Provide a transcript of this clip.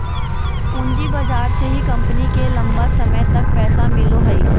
पूँजी बाजार से ही कम्पनी के लम्बा समय तक पैसा मिलो हइ